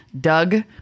Doug